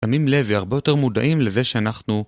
שמים לב והרבה יותר מודעים לזה שאנחנו